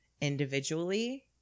individually